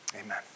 Amen